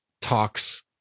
Talks